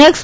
x